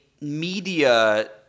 media